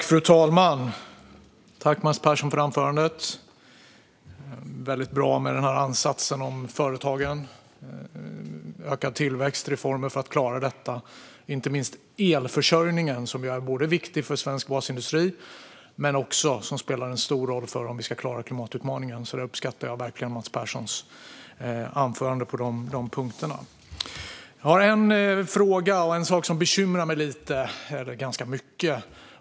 Fru talman! Tack, Mats Persson, för anförandet! Ansatsen om företagen var väldigt bra. Det handlar om ökad tillväxt och reformer för att klara detta. Inte minst är elförsörjningen viktig för svensk basindustri, men den spelar också en stor roll om vi ska klara klimatutmaningen. På de punkterna uppskattar jag verkligen Mats Perssons anförande. Det är en sak som bekymrar mig lite, eller ganska mycket.